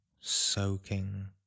soaking